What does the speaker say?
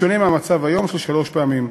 בשונה מהמצב היום של שלוש פעמים,